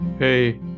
Hey